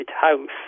house